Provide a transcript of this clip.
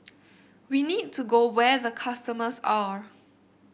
we need to go where the customers are